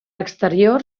exterior